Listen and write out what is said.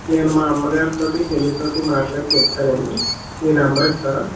నేను మా అమ్మ గారితో మా చెల్లితో మాట్లాడి చెప్తానండి మీ నెంబర్ ఇస్తారా